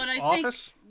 office